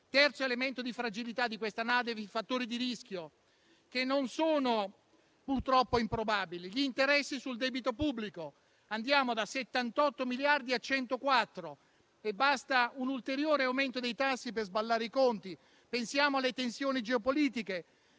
Terzo elemento di fragilità di questa NADEF sono i fattori di rischio, che non sono, purtroppo, improbabili. Riguardo gli interessi sul debito pubblico, andiamo da 78 miliardi a 104 e basta un ulteriore aumento dei tassi per sballare i conti. Pensiamo alle tensioni geopolitiche,